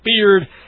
beard